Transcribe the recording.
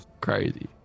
crazy